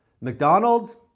McDonald's